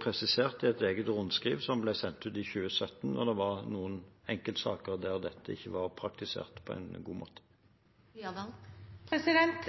presisert i et eget rundskriv som ble sendt ut i 2017, da det var noen enkeltsaker der dette ikke var praktisert på en god måte.